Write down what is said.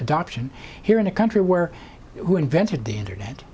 adoption here in a country where who invented the internet